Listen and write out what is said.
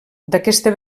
d’aquesta